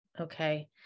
okay